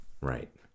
right